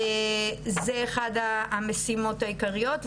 זו אחת המשימות העיקריות,